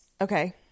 Okay